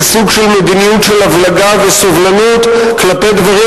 כסוג של מדיניות של הבלגה וסובלנות כלפי דברים